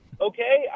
okay